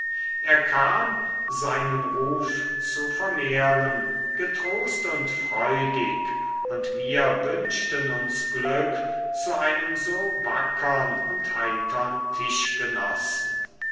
er kam seinen ruf zu vermehren getrost und freudig und wir wünschten uns glück zu einem so wackern und heitern